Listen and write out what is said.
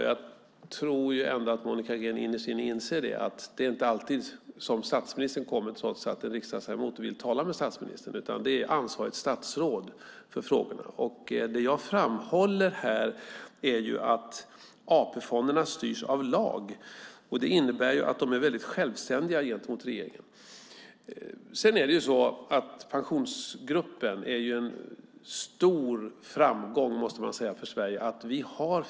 Jag tror att Monica Green innerst inne inser att det inte alltid är statsministern som kommer trots att en riksdagsledamot vill tala med statsministern, utan det är ansvarigt statsråd för frågorna som kommer. Jag framhåller att AP-fonderna styrs av lag. Det innebär att de är självständiga gentemot regeringen. Pensionsgruppen är en stor framgång för Sverige.